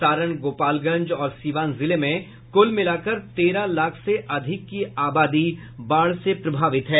सारण गोपालगंज और सीवान जिले में कुल मिलाकर तेरह लाख से अधिक की आबादी बाढ़ से प्रभावित है